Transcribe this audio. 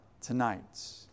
tonight